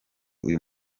uyu